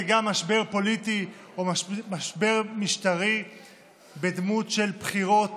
משבר פוליטי או משבר משטרי בדמות של בחירות